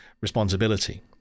responsibility